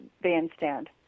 bandstand